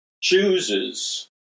chooses